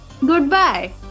goodbye